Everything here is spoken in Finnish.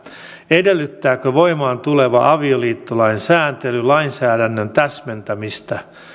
edellyttääkö voimaantuleva avioliittolain sääntely lainsäädännön täsmentämistä